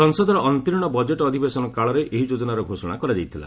ସଂସଦର ଅନ୍ତରୀଣ ବଜେଟ୍ ଅଧିବେଶନ କାଳରେ ଏହି ଯୋଜନାର ଘୋଷଣା କରାଯାଇଥିଲା